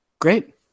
Great